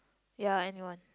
ya anyone